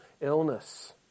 illness